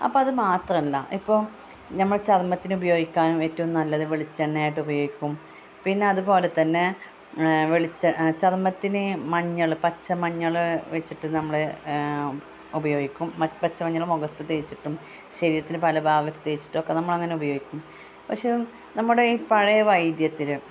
അപ്പം അത് മാത്രമല്ല ഇപ്പോൾ നമ്മുടെ ചർമ്മത്തിന് ഉപയോഗിക്കാനും ഏറ്റവും നല്ലത് വെളിച്ചെണ്ണയായിട്ട് ഉപയോഗിക്കും പിന്നെ അതുപോലെത്തന്നെ ചർമ്മത്തിന് മഞ്ഞൾ പച്ച മഞ്ഞൾ വെച്ചിട്ട് നമ്മൾ ഉപയോഗിക്കും പച്ചമഞ്ഞളും മുഖത്ത് തേച്ചിട്ടും ശരീരത്തിന് പല ഭാഗത്ത് തേച്ചിട്ടൊക്കെ നമ്മളങ്ങനെ ഉപയോഗിക്കും പക്ഷെ നമ്മുടെ ഈ പഴയ വൈദ്യത്തിന്